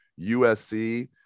USC